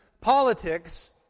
politics